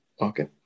Okay